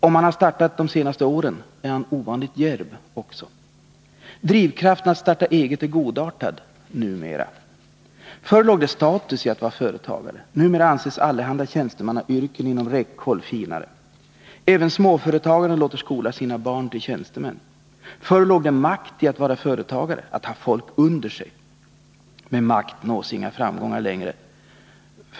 Om han har startat de senaste åren är han ovanligt djärv också. Drivkraften att starta eget är godartad — numera. Förut låg det status i att vara företagare. Numera anses allehanda tjänstemannayrken inom räckhåll finare. Även småföretagaren låter skola sina barn till tjänstemän. Förut låg det makt i att vara företagare — att ha folk ”under sig”. Med makt nås inga framgångar längre.